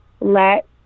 let